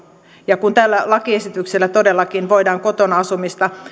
ja kun tällä lakiesityksellä todellakin voidaan kotona asumista